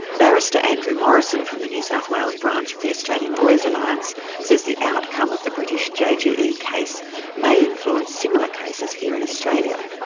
barrister andrew morrison from the new south wales branch of the australian lawyers alliance says the outcome of the british jge ah case may influence similar cases here in australia,